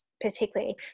particularly